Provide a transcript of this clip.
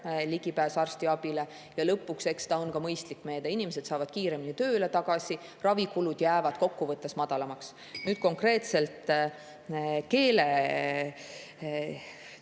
ligipääs arstiabile. Ja lõpuks, eks see on ka mõistlik meede: inimesed saavad kiiremini tööle tagasi, ravikulud jäävad kokkuvõttes madalamaks. Nüüd, konkreetselt